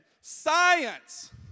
science